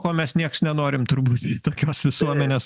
ko mes nieks nenorim turbūt tokios visuomenės